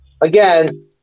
again